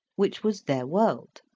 which was their world.